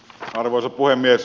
arvoisa puhemies